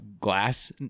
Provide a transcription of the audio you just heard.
glass